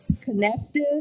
connected